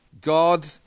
God